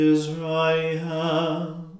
Israel